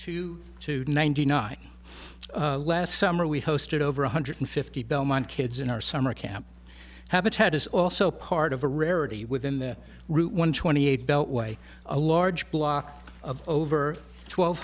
to ninety nine last summer we hosted over one hundred fifty belmont kids in our summer camp habitat is also part of a rarity within the route one twenty eight beltway a large block of over twelve